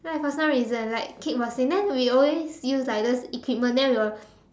so like for some reason like kickboxing then we always use like those equipment then we will